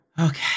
Okay